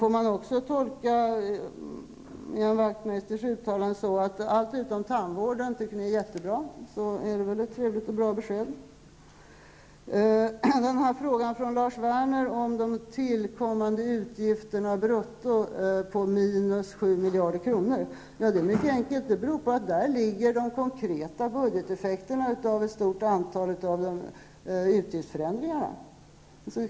Får jag också tolka Ian Wachtmeisters uttalande så att Ny Demokrati tycker att allting utom tandvården är jättebra, så är det väl ett trevligt och bra besked. Lars Werner ställde en fråga om de tillkommande utgifterna brutto på minus 7 miljarder kronor. Det är mycket enkelt. Det beror på att där ligger de konkreta budgeteffekterna av ett stort antal av utgiftsförändringarna.